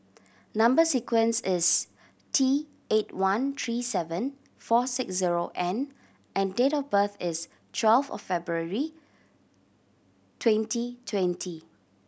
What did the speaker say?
number sequence is T eight one three seven four six zero N and date of birth is twelve of February twenty twenty